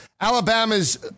Alabama's